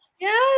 yes